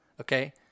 Okay